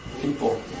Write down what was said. people